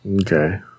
Okay